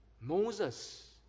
Moses